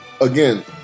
again